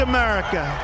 America